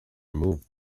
removed